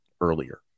earlier